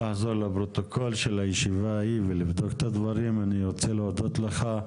אני רוצה להודות לך.